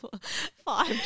five